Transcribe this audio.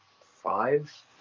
five